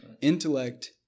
Intellect